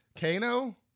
Kano